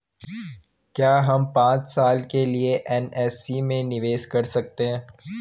क्या हम पांच साल के लिए एन.एस.सी में निवेश कर सकते हैं?